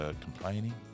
complaining